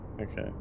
Okay